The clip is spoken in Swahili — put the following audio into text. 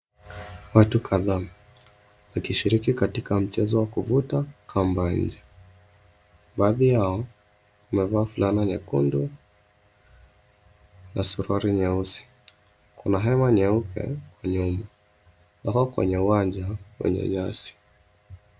Watu kadhaa, wakishiriki katika mchezo wa wakuvuta kamba nje. Baadhi yao wamevaa fulana nyekundu na suruali nyeusi. Kuna hema nyeupe huko nyuma. Wako kwenye uwanja wenye nyasi.